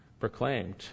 proclaimed